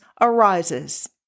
arises